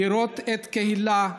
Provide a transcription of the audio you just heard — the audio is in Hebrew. לראות את הקהילה,